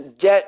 debt